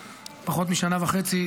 פחות משנה וחצי,